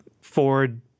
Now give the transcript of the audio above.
Ford